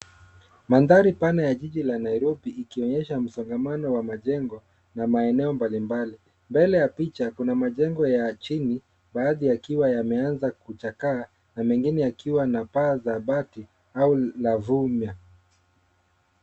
Mandhari pana ya jiji la Nairobi ikionyesha msongamano wa majengo, na maeneo mbalimbali. Mbele ya picha, kuna majengo ya chini, baadhi yakiwa yameanza kuchakaa na mengine yakiwa na paa za bati au la vyuma.